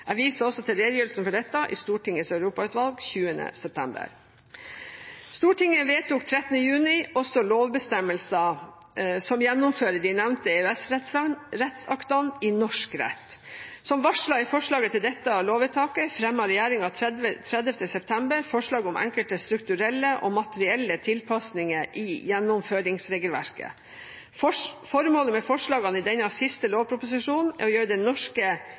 Jeg viser til redegjørelsen for dette i Stortingets europautvalg 20. september. Stortinget vedtok 13. juni også lovbestemmelser som gjennomfører de nevnte EØS-rettsaktene i norsk rett. Som varslet i forslaget til dette lovvedtaket fremmet regjeringen 30. september forslag om enkelte strukturelle og materielle tilpasninger i gjennomføringsregelverket. Formålet med forslagene i denne siste lovproposisjonen er å gjøre det norske